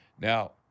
Now